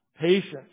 Patience